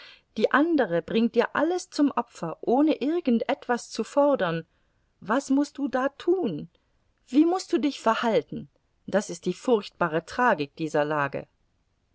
die andere bringt dir alles zum opfer ohne irgend etwas zu fordern was mußt du da tun wie mußt du dich verhalten das ist die furchtbare tragik dieser lage